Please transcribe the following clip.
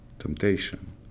Temptation